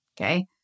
Okay